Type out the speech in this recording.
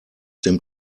dem